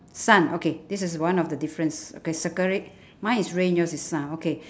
sun okay this is one of the difference okay circle it mine is rain yours is sun okay